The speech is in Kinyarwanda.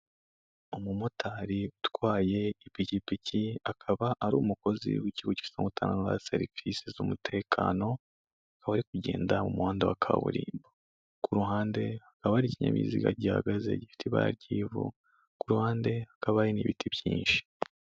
Umumotari utwaye ipikipiki, akaba ari umukozi w'ikigo kiza utanga serivisi z'umutekano, akaba ari kugenda mu muhanda wa kaburimbo, ku ruhande hakaba hari ikinyabiziga gihagaze gifite iba ry'ivu, ku ruhande hakaba n'ibiti byinshi.